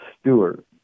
Stewart